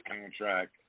contract